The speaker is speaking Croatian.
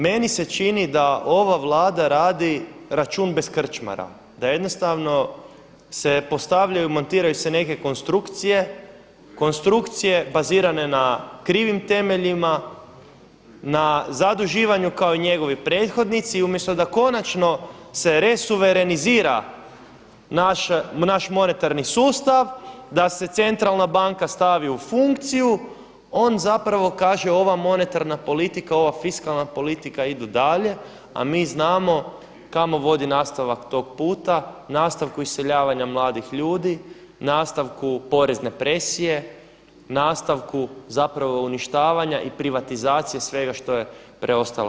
Meni se čini da ova Vlada radi račun bez krčmara, da jednostavno se postavljaju i montiraju se nekakve konstrukcije, konstrukcije bazirane na krivim temeljima na zaduživanju kao i njegovi prethodnici umjesto da konačno se resuverenizira naš monetarni sustav, da se centralna banka stavi u funkciju on kaže ova monetarna politika ova fiskalna politika idu dalje, a mi znamo kamo vodi nastavak tog puta, nastavku iseljavanja mladih ljudi, nastavku porezne presije, nastavku zapravo uništavanja i privatizacije svega što je preostalo.